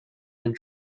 and